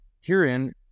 herein